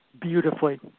Beautifully